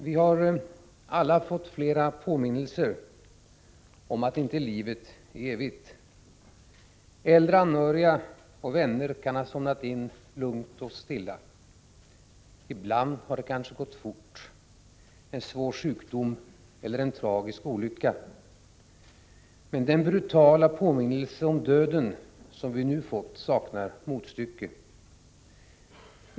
Vi har alla fått flera påminnelser om att inte livet är evigt. Äldre anhöriga och vänner kan ha somnat in lugnt och stilla. Ibland har det kanske gått fort. En svår sjukdom eller en tragisk olycka. Men den brutala påminnelse om döden som vi nu fått saknar motstycke.